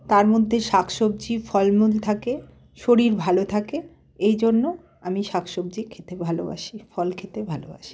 তার মধ্যে শাকসবজি ফলমূল থাকে শরীর ভালো থাকে এই জন্য় আমি শাকসবজি খেতে ভালোবাসি ফল খেতে ভালোবাসি